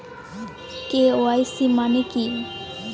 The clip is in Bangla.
কে.ওয়াই.সি মানে কি?